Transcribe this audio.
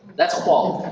that's quality.